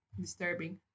disturbing